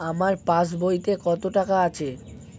আমার পাস বইতে কত টাকা আছে?